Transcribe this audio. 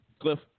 Cliff